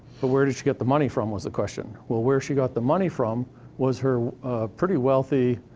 well, where did she get the money from, was the question. well, where she got the money from was her pretty wealthy,